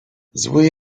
zły